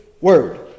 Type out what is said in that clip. word